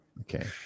okay